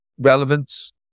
relevance